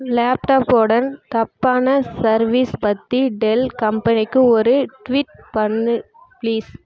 லேப்டாப்வோட தப்பான சர்வீஸ் பத்தி டெல் கம்பெனிக்கு ஒரு ட்வீட் பண்ணு ப்ளீஸ்